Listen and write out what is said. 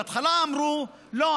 בהתחלה אמרו: לא,